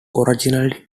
originally